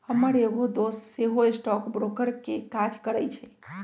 हमर एगो दोस सेहो स्टॉक ब्रोकर के काज करइ छइ